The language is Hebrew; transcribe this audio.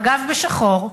אגב, בשחור.